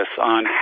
on